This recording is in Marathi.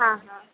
हां हां